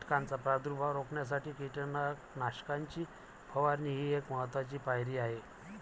कीटकांचा प्रादुर्भाव रोखण्यासाठी कीटकनाशकांची फवारणी ही एक महत्त्वाची पायरी आहे